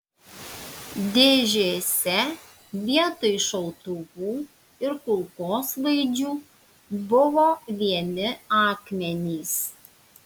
dėžėse vietoj šautuvų ir kulkosvaidžių buvo vieni akmenys